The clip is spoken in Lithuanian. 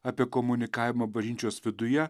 apie komunikavimą bažnyčios viduje